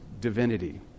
divinity